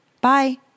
Bye